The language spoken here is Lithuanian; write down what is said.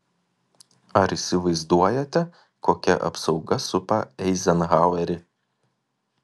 ar įsivaizduojate kokia apsauga supa eizenhauerį